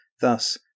Thus